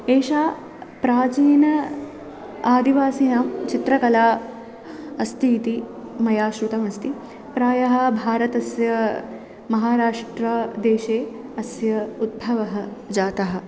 एषा प्राचीन आदिवासिनां चित्रकला अस्ति इति मया श्रुतमस्ति प्रायः भारतस्य महाराष्ट्रदेशे अस्य उद्भवः जातः